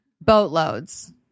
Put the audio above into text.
Boatloads